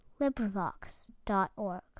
LibriVox.org